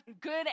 good